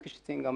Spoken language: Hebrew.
וכפי שציין גם